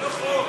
לא נכון.